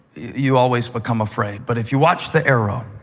you always become afraid, but if you watch the arrow,